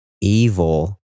evil